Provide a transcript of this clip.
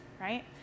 right